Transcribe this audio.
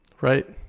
Right